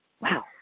Wow